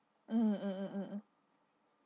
mm mm mm mm mm